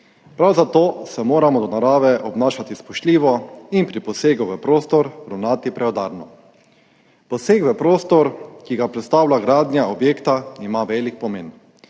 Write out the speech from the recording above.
prav zato se moramo do narave obnašati spoštljivo in pri posegu v prostor ravnati preudarno. Poseg v prostor, ki ga predstavlja gradnja objekta, ima velik pomen.